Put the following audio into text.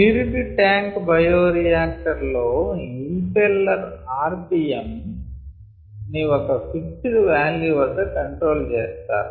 stirred tank bioreactor లో impeller rpm ని ఒక ఫిక్సెడ్ వాల్యూ వద్ద కంట్రోల్ చేస్తారు